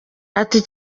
ati